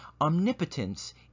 Omnipotence